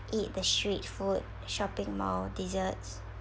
eat the street food shopping mall desserts